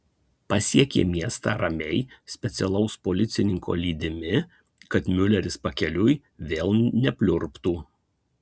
pasiekė miestą ramiai specialaus policininko lydimi kad miuleris pakeliui vėl nepliurptų